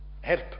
help